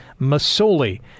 Masoli